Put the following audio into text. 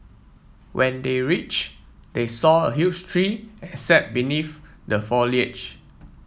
when they reach they saw a huge tree and sat beneath the foliage